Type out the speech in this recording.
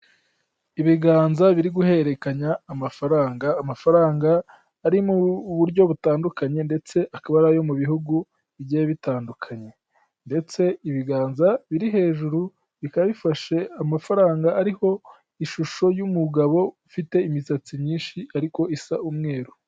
Ibiganza biri guhererekanya amafaranga, amafaranga ari mu buryo butandukanye ndetse akaba ari ayo mu bihugu bigiye bitandukanye. Ndetse ibiganza biri hejuru bikaba bifashe amafaranga ariho ishusho y'umugabo ufite imisatsi myinshi ariko isa umweru.